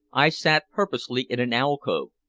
i sat purposely in an alcove,